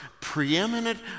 preeminent